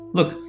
Look